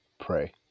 pray